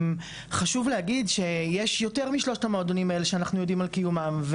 חשוב להגיד שיש יותר משלושת המועדונים האלה שאנחנו יודעים על קיומם.